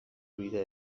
bidea